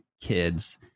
kids